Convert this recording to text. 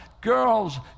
Girls